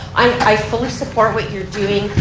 i fully support what you're doing.